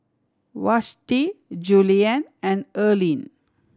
Vashti Juliann and Earlene